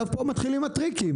פה מתחילים הטריקים